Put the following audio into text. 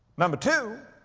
number two,